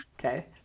Okay